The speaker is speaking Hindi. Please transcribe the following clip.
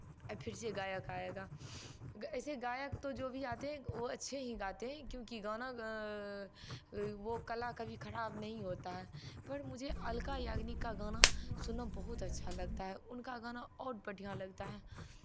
फिर से गायक आएगा ऐसे गायक तो जो भी आते हैं ओ अच्छे ही आते हैं क्योंकि गाना वो कला कभी खराब नहीं होता है फिर भी अलका याग्निक का गाना सुनना बहुत अच्छा लगता है उनका गाना और बढ़ियाँ लगता है